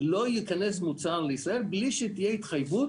לא יכנס מוצר לישראל בלי שתהיה התחייבות